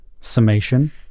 summation